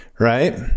Right